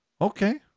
okay